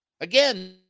Again